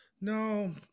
No